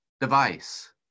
device